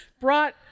brought